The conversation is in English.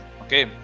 okay